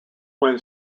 when